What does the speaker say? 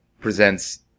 presents